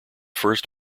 first